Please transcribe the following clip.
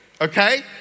Okay